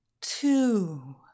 two